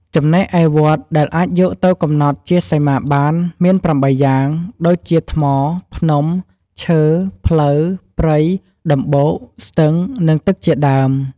ចំណែកឯវត្ថុដែលអាចយកទៅកំណត់ជាសីមាបាន មាន៨យ៉ាង ដូចជាថ្ម ភ្នំ ឈើ ផ្លូវ ព្រៃ ដំបូក ស្ទឹង និងទឹកជាដើម។